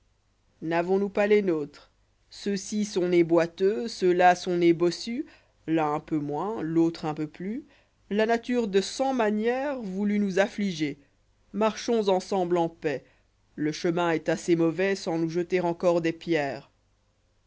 navons noùs pas lès nôtres ceux-ci sont nés boiteux ceux-là sont nés bossus l'un un peu moins l'autre un peu plus la nature de cent manières ou nous affliger marchons ensemble en paix le chemin est assez mauvais sans nous jeter encor des pierres